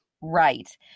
Right